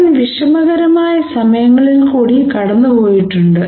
ഞാൻ വിഷമകരമായ സമയങ്ങളിൽ കൂടി കടന്നു പോയിട്ടുണ്ട്